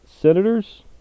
Senators